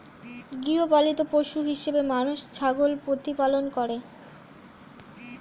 গৃহপালিত পশু হিসেবে মানুষ ছাগল প্রতিপালন করে